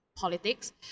politics